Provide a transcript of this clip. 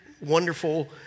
wonderful